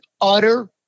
utter